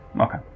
okay